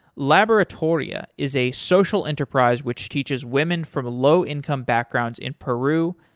laboratoria is a social enterprise which teaches women from a low income backgrounds in peru,